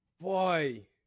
boy